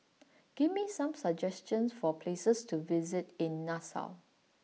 give me some suggestions for places to visit in Nassau